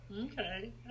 okay